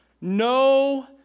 No